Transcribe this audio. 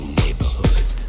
neighborhood